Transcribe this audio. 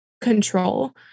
control